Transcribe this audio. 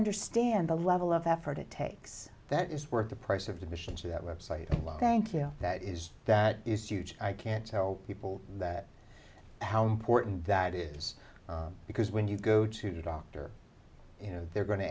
understand the level of effort it takes that is worth the price of admission to that website thank you that is that is huge i can't tell people that how important that is because when you go to the doctor you know they're going to